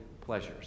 pleasures